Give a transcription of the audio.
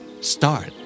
start